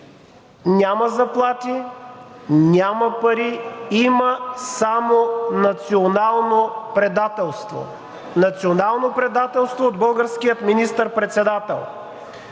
Няма заплати, няма пари, има само национално предателство. Национално предателство от българския министър председател.